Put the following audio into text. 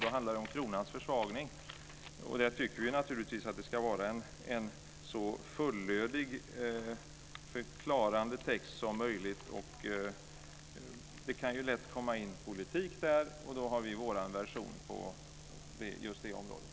Det handlar om kronans försvagning. Vi tycker naturligtvis att det ska vara en så fullödig förklarande text som möjligt. Det kan lätt komma in politik där. Då har vi vår version på just det området.